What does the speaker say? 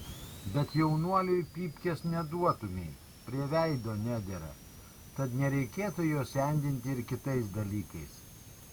bet jaunuoliui pypkės neduotumei prie veido nedera tad nereikėtų jo sendinti ir kitais dalykais